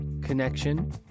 connection